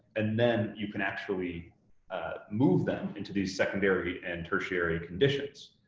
and then you can actually move them into the secondary and tertiary conditions,